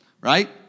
right